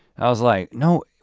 i was like no,